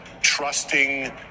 trusting